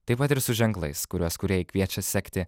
taip pat ir su ženklais kuriuos kūrėjai kviečia sekti